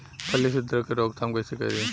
फली छिद्रक के रोकथाम कईसे करी?